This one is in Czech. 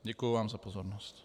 Děkuji vám za pozornost.